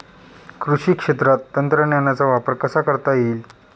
कृषी क्षेत्रात तंत्रज्ञानाचा वापर कसा करता येईल?